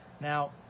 Now